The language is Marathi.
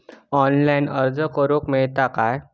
ऑनलाईन अर्ज करूक मेलता काय?